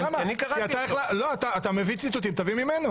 לא, אתה מביא ציטוטים, תביא ממנו.